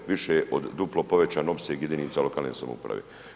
Više od duplo povećan opseg jedinica lokalne samouprave.